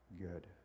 good